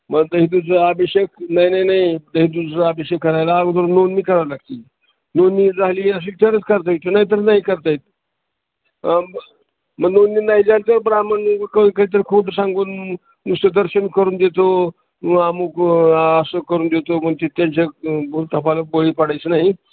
मग दहीदूधाचं आभिषेक नाही नाही नाही दहीदूधाचं आभिषेक करायला अगोदर नोंदणी करावी लागतील नोंदणी झाली अशी तरच करता येत नाहीतर नाही करता येत मग नोंदणी नाही झाली तर ब्राह्मण काहीतर खोटं सांगून नुसतं दर्शन करून देतो अमूक अस करून देतो मग तिथे जप करा त्यांच्या बोल तपाला बळी पडायचं नाही